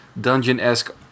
dungeon-esque